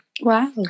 Wow